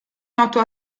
noto